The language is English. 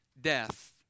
death